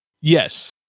Yes